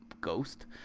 ghost